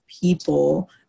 people